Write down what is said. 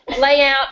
layout